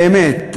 באמת,